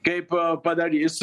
kaip padarys